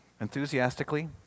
enthusiastically